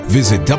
visit